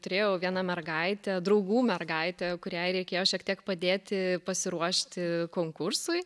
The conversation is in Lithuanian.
turėjau vieną mergaitę draugų mergaitę kuriai reikėjo šiek tiek padėti pasiruošti konkursui